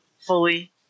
fully